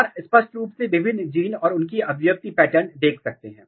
और आप स्पष्ट रूप से विभिन्न जीन और उनकी अभिव्यक्ति पैटर्न देख सकते हैं